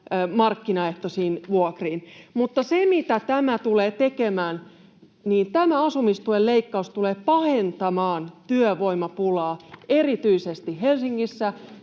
markkinaehtoisiin vuokriin. Mutta mitä tämä tulee tekemään? Tämä asumistuen leikkaus tulee pahentamaan työvoimapulaa, erityisesti Helsingissä